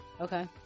Okay